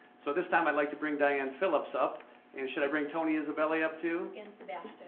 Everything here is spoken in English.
so, this time i'd like to bring diane phillips up and should i bring toni isabelli up too. and sebastian.